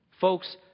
Folks